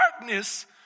darkness